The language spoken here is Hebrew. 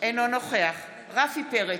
אינו נוכח רפי פרץ,